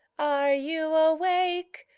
are you awake,